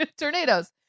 Tornadoes